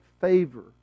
favor